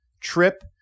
trip